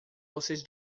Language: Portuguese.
vocês